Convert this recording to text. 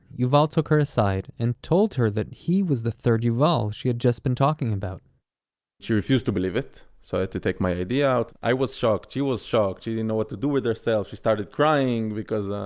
yuval took her aside and told her that he was the third yuval she had just been talking about she refused to believe it, so i had to take my id out. i was shocked, she was shocked, she didn't know what to do with herself, she started crying, because, er,